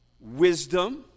wisdom